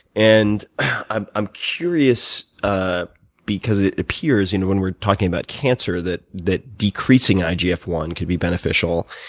and i'm i'm curious ah because it appears you know when we're talking about cancer that that decreasing i g f one could be beneficial.